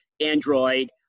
Android